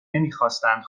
نمیخواستند